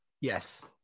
Yes